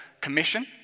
commission